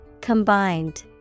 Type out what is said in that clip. Combined